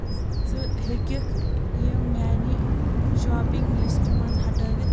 ژٕ ہیٚکیٚکھ یِم میٛانہِ شاپِنگ لسٹہٕ منٛز ہٹٲیِتھ